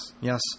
yes